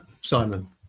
Simon